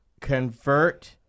Convert